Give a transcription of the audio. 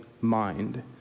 mind